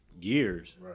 years